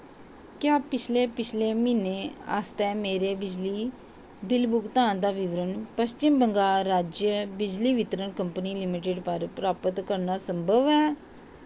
क्या पिछले पिछले म्हीने आस्तै मेरे पिछले बिजली बिल भुगतान दा विवरण पच्छम बंगाल राज्य बिजली वितरण कंपनी लिमिटड पर प्राप्त करना संभव ऐ